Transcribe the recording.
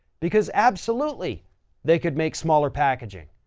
because absolutely they could make smaller packaging.